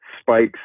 spikes